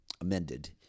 amended